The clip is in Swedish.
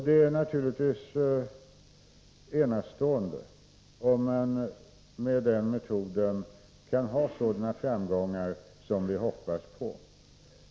Det är naturligtvis enastående om man med den metoden kan ha sådana framgångar som vi hoppas på.